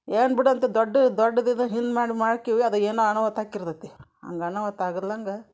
ಏನು ಬಿಡಂತೆ ದೊಡ್ಡ ದೊಡ್ದ ಇದು ಹಿಂದೆ ಮಾಡಿ ಮಾಡ್ಕೇವಿ ಅದು ಏನೋ ಅನಾಹುತ ಆಗಿರ್ತೈತಿ ಹಂಗ್ ಅನಾಹುತ ಆಗಿಲ್ದಂಗೆ